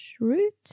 Root